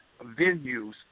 venues